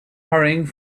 hurrying